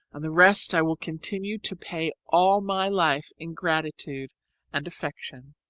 and the rest i will continue to pay all my life in gratitude and affection.